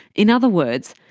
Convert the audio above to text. in other words,